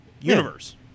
universe